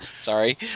Sorry